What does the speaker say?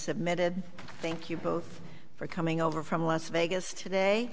submitted thank you both for coming over from las vegas today